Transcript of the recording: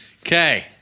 Okay